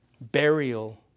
Burial